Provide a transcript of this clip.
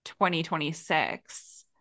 2026